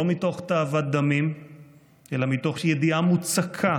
לא מתוך תאוות דמים אלא מתוך ידיעה מוצקה